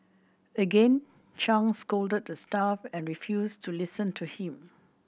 again Chang scolded the staff and refused to listen to him